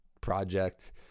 project